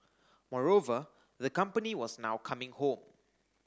moreover the company was now coming home